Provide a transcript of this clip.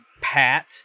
pat